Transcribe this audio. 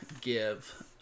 give